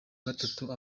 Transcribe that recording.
gatatu